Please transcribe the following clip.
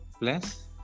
plus